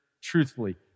truthfully